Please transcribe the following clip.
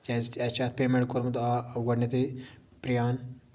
کیٛازِکہِ اَسہِ چھُ اَتھ پیمٮ۪نٛٹ کوٚرمُت آ گۄڈنٮ۪تھٕے پرٛے آن